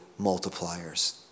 multipliers